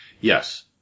Yes